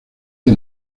que